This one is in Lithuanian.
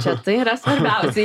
čia tai yra svarbiausia